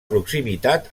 proximitat